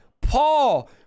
Paul